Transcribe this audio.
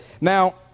Now